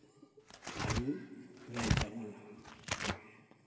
ᱟᱨ ᱞᱟᱹᱭ ᱛᱟᱵᱚᱱᱟ